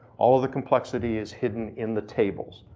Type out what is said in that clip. all the complexity is hidden in the tables,